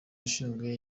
ushinzwe